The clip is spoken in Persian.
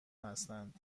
هستند